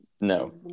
No